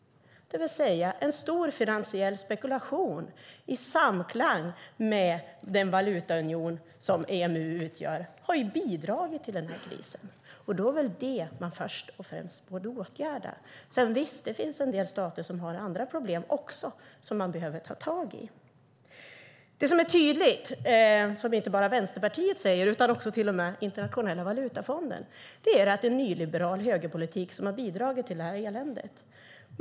En stor finansiell spekulation i samklang med den valutaunion som EMU utgör har bidragit till krisen. Det är väl det som man först och främst borde åtgärda. Men visst finns det stater som också har andra problem som man borde ta tag i. Något som är tydligt och som inte bara Vänsterpartiet utan till och med Internationella valutafonden säger är att det är nyliberal högerpolitik som har bidragit till det här eländet.